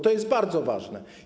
To jest bardzo ważne.